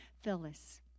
Phyllis